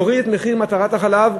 להוריד את מחיר המטרה של החלב,